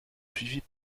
suivis